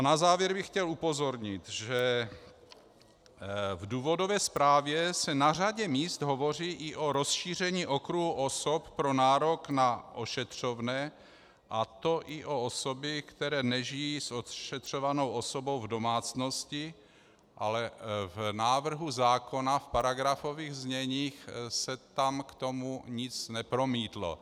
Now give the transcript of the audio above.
Na závěr bych chtěl upozornit, že v důvodové zprávě se na řadě míst hovoří i o rozšíření okruhu osob pro nárok na ošetřovné, a to i o osoby, které nežijí s ošetřovanou osobou v domácnosti, ale v návrhu zákona v paragrafových zněních se tam k tomu nic nepromítlo.